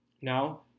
Now